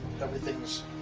everything's